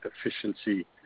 efficiency